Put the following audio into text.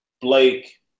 Blake